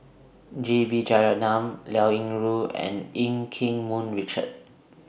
J B Jeyaretnam Liao Yingru and EU Keng Mun Richard